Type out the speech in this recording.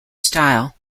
style